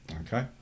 Okay